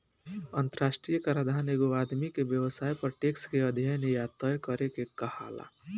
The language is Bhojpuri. अंतरराष्ट्रीय कराधान एगो आदमी के व्यवसाय पर टैक्स के अध्यन या तय करे के कहाला